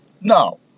No